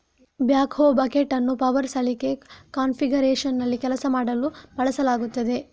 backhoe bucket ಅನ್ನು power ಸಲಿಕೆ ಕಾನ್ಫಿಗರೇಶನ್ನಲ್ಲಿ ಕೆಲಸ ಮಾಡಲು ಬಳಸಲಾಗುತ್ತದೆ